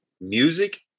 Music